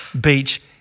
beach